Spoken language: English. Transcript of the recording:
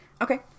okay